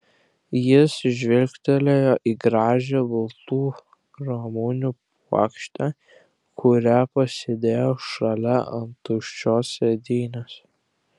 jis žvilgtelėjo į gražią baltų ramunių puokštę kurią pasidėjo šalia ant tuščios sėdynės